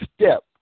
step